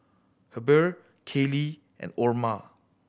Heber Kaleigh and Orma